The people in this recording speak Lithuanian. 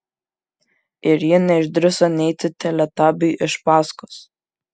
ir ji neišdrįso neiti teletabiui iš paskos